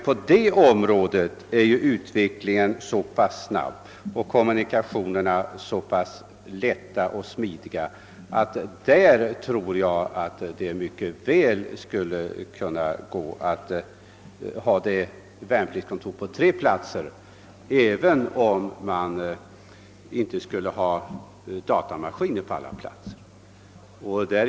På detta område är utvecklingen emellertid så snabb att jag icke anser denna motivering bärande. På inskrivningskontoren kommer <:dock viss datautrustning att finnas.